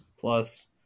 plus